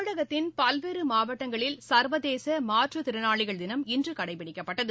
தமிழகத்தின் பல்வேறு மாவட்டங்களில் சர்வதேச மாற்றுத் திறனாளிகள் தினம் இன்று கடைபிடிக்கப்பட்டது